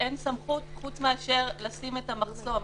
אין סמכות חוץ מאשר לשים את המחסום.